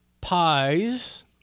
pies